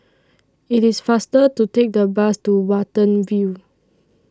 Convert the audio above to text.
IT IS faster to Take The Bus to Watten View